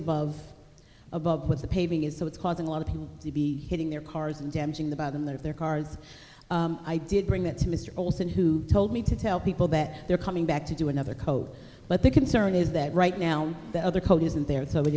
above above what the paving is so it's causing a lot of people to be hitting their cars and damaging the bottom there of their cars i did bring that to mr olson who told me to tell people that they're coming back to do another coat but the concern is that right now the other code isn't there so it